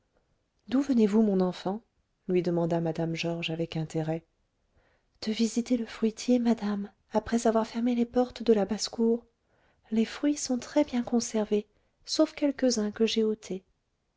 d'où venez-vous mon enfant lui demanda mme georges avec intérêt de visiter le fruitier madame après avoir fermé les portes de la basse-cour les fruits sont très-bien conservés sauf quelques-uns que j'ai ôtés